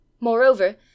Moreover